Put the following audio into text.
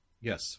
Yes